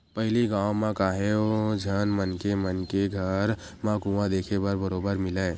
पहिली गाँव म काहेव झन मनखे मन के घर म कुँआ देखे बर बरोबर मिलय